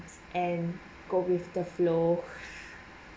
and go with the flow